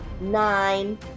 nine